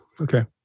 Okay